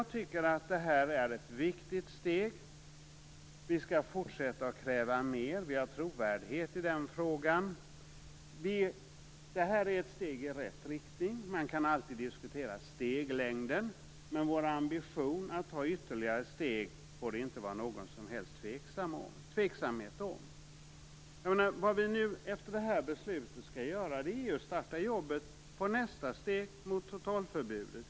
Detta är ett viktigt steg. Vi skall fortsätta att kräva mer - vi har trovärdighet i den frågan. Detta är ett steg i rätt riktning, även om man alltid kan diskutera steglängden. Men vår ambition att ta ytterligare steg får det inte råda någon som helst tveksamhet om. Efter det här beslutet skall vi startat arbetet inför nästa steg mot totalförbudet.